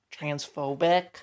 transphobic